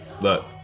look